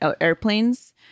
airplanes